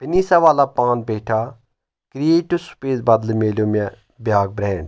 أنی سَوالا پان پیٚٹا کریٹِو سپیٚس بدٕلے ملیو مےٚ بیاکھ برٛینڈ